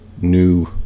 new